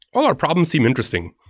all our problem seem interesting.